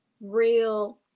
real